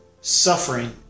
suffering